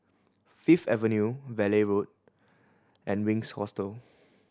Fifth Avenue Valley Road and Winks Hostel